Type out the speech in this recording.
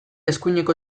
eskuineko